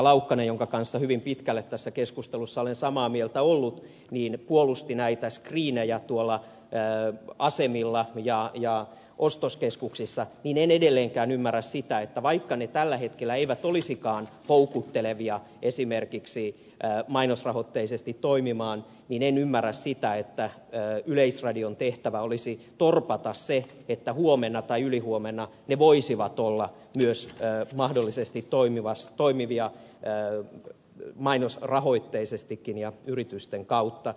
laukkanen jonka kanssa hyvin pitkälle tässä keskustelussa olen samaa mieltä ollut puolusti näitä skriinejä tuolla asemilla ja ostoskeskuksissa niin en edelleenkään ymmärrä sitä että vaikka ne tällä hetkellä eivät olisikaan houkuttelevia esimerkiksi mainosrahoitteisesti toimimaan niin en ymmärrä sitä että yleisradion tehtävä olisi torpata se että huomenna tai ylihuomenna ne voisivat olla mahdollisesti mainosrahoitteisestikin ja yritysten kautta toimivia